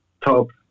top